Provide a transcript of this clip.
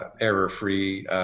error-free